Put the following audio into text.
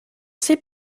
sait